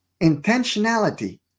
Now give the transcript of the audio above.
Intentionality